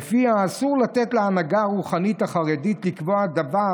ולפיה אסור לתת להנהגה הרוחנית החרדית לקבוע דבר